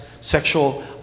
sexual